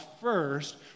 first